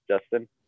justin